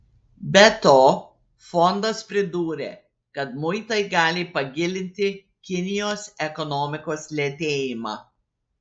be to fondas pridūrė kad muitai gali pagilinti kinijos ekonomikos lėtėjimą